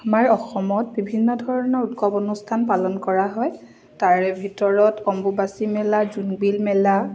আমাৰ অসমত বিভিন্ন ধৰণৰ উৎসৱ অনুষ্ঠান পালন কৰা হয় তাৰে ভিতৰত অম্বুবাচী মেলা জোনবিল মেলা